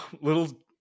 little